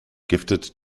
gifted